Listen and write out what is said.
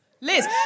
Liz